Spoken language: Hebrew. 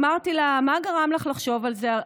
אמרתי לה: מה גרם לך לחשוב על זה?